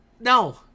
No